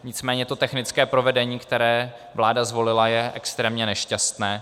Nicméně to technické provedení, které vláda zvolila, je extrémně nešťastné.